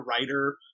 writer